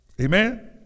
Amen